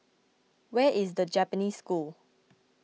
where is the Japanese School